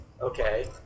okay